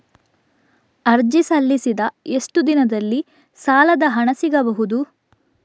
ಅರ್ಜಿ ಸಲ್ಲಿಸಿದ ಎಷ್ಟು ದಿನದಲ್ಲಿ ಸಾಲದ ಹಣ ಸಿಗಬಹುದು?